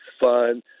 fun